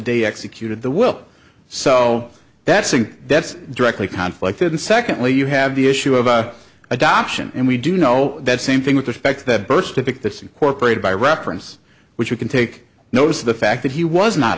day executed the will so that's saying that's directly conflict and secondly you have the issue of adoption and we do know that same thing with respect that bush to fix this incorporated by reference which we can take notice of the fact that he was not